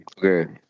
Okay